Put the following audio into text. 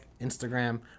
Instagram